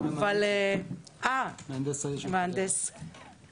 ומהנדס העיר.